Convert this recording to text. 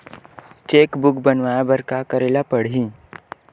Cheque book बनवाय बर का करे ल पड़हि?